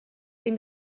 این